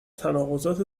تناقضات